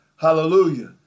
Hallelujah